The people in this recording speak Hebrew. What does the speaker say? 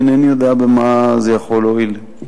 איני יודע במה זה יכול להועיל לי,